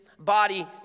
body